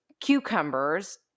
cucumbers